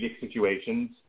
situations